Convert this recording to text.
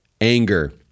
anger